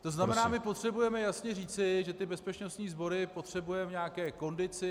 To znamená, my potřebujeme jasně říci, že ty bezpečnostní sbory potřebujeme v nějaké kondici.